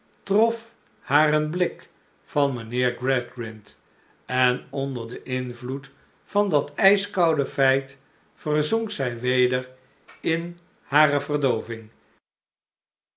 trof haar een blik van mijnheer gradgrind en onder den invloed van dat ijskoude feit verzonk zij weder in hare verdooving